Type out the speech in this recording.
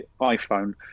iphone